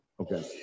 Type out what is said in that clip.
Okay